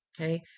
okay